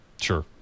Sure